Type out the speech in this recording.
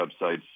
websites